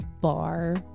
bar